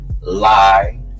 Lie